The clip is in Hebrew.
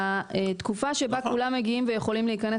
והתקופה שבה כולם מגיעים ויכולים להיכנס